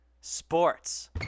sports